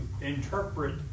interpret